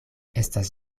estas